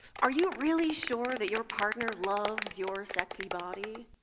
are you really sure that your partner loves your sexy body?